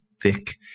thick